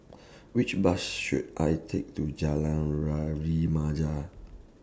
Which Bus should I Take to Jalan